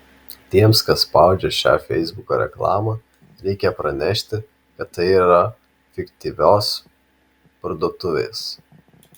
tiems kas spaudžia šią feisbuko reklamą reikia pranešti kad tai yra fiktyvios parduotuvės